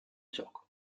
gioco